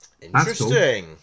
Interesting